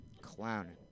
Clowning